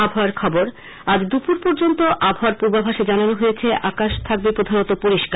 আবহাওয়া আজ দুপুর পর্যন্ত আবহাওয়ার পূর্বাভাসে জানানো হয়েছে আকাশ থাকবে প্রধানত পরিস্কার